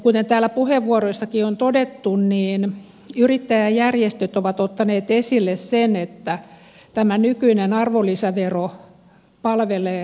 kuten täällä puheenvuoroissakin on todettu yrittäjäjärjestöt ovat ottaneet esille sen että tämä nykyinen arvonlisävero palvelee harrastajayrittäjiä